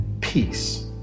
peace